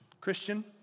Christian